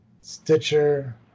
Stitcher